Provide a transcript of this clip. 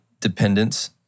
dependence